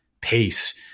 pace